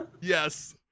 Yes